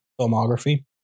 filmography